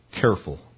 careful